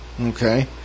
Okay